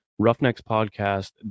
roughneckspodcast